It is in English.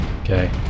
Okay